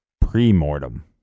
pre-mortem